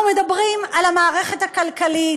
אנחנו מדברים על המערכת הכלכלית,